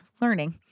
learning